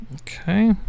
Okay